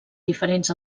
diferents